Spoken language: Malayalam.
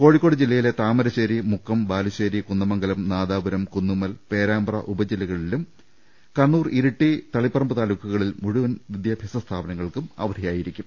കോഴിക്കോട് ജില്ലയിലെ താമരശ്ശേരി മുക്കം ബാലുശ്ശേരി കു ന്ദമംഗലം നാദാപുരം കുന്നുമ്മൽ പേരാമ്പ്ര ഉപജില്ലക ളിലും കണ്ണൂർ ഇരിട്ടി തളിപ്പറമ്പ് താലൂക്കുകളിൽ മുഴുവൻ വിദ്യാഭ്യാസ സ്ഥാപന ങ്ങൾക്കും അവധിയായിരിക്കും